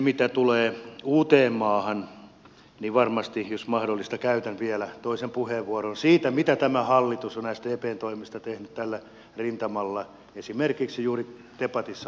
mitä tulee uuteenmaahan niin varmasti jos mahdollista käytän vielä toisen puheenvuoron siitä mitä tämä hallitus on sdpn toimesta tehnyt tällä rintamalla esimerkiksi juuri debatissa olevasta aiheesta